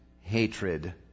hatred